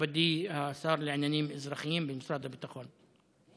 מכובדי השר לעניינים אזרחיים במשרד הביטחון.